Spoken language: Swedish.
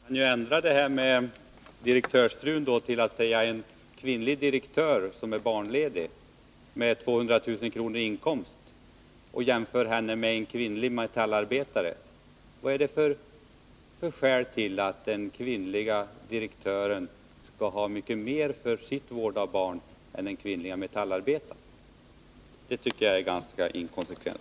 Herr talman! Jag kan ändra detta med direktörsfru till en kvinnlig direktör med 200 000 kr. i inkomst som är barnledig. Låt mig jämföra henne med en kvinnlig metallarbetare. Vad är det för skäl till att den kvinnliga direktören skall ha mycket mer för sin vård av barn än den kvinnliga metallarbetaren? Jag tycker att det är ganska inkonsekvent!